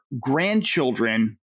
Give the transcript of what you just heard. grandchildren